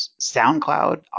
SoundCloud